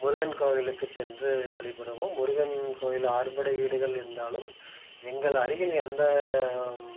முருகன் கோவிலுக்கு சென்று வழிபடுவோம் முருகன் கோயில் அறுபடை வீடுகள் இருந்தாலும் எங்கள் அருகில் எந்த